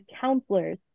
counselors